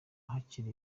hakiri